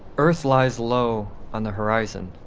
earth lies low on the horizon.